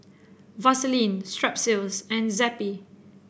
Vaselin Strepsils and Zappy